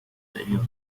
señor